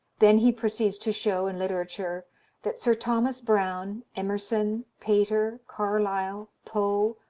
then he proceeds to show in literature that sir thomas browne, emerson, pater, carlyle, poe,